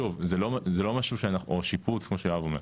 או שיפוץ כמו שיואב אומר.